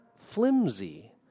flimsy